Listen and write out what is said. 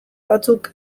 batzuk